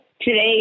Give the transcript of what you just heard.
today